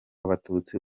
abatutsi